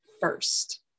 first